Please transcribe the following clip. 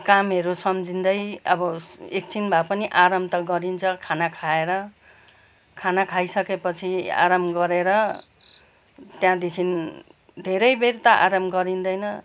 कामहरू सम्झिँदै अब एकछिन भए पनि आराम त गरिन्छ खाना खाएर खाना खाइसकेपछि आराम गरेर त्यहाँदेखि धेरै बेर त आराम गरिँदैन